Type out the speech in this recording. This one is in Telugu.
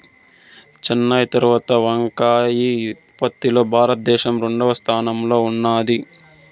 చైనా తరవాత వంకాయ ఉత్పత్తి లో భారత దేశం రెండవ స్థానం లో ఉన్నాది